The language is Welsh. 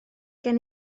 gen